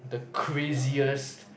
the craziest